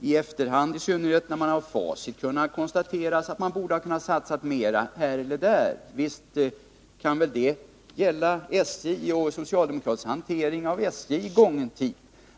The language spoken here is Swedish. I synnerhet i efterhand, när man har facit, kan det konstateras att man borde ha kunnat satsa mera här eller där. Visst kan väl det konstaterandet gälla socialdemokraternas hantering av SJ i gången tid!